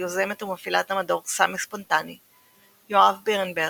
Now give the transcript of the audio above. יוזמת ומפעילת המדור - 'סמי ספונטני' יואב בירנברג,